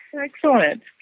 Excellent